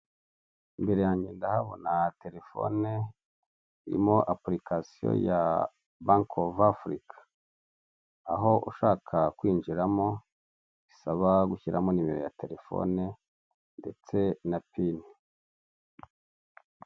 Imbere yanjye ndahabona telefone irimo apurikasiyo ya banki ofu afurika, aho ushaka kwinjiramo bisaba gushyiramo nimero ya telefone ndetse na pini.